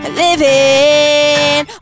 living